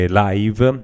live